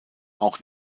auch